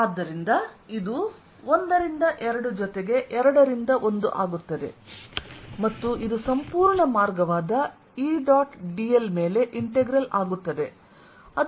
ಮತ್ತು ಆದ್ದರಿಂದ ಇದು 1 ರಿಂದ 2 ಜೊತೆಗೆ 2 ರಿಂದ 1 ಆಗುತ್ತದೆ ಮತ್ತು ಇದು ಸಂಪೂರ್ಣ ಮಾರ್ಗವಾದ E ಡಾಟ್ dl ಮೇಲೆ ಇಂಟೆಗ್ರಲ್ ಆಗುತ್ತದೆ ಅದು 0 ಆಗಿದೆ